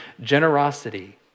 generosity